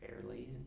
Fairly